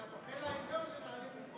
אתה דוחה לה את זה או שאני אעלה במקומה?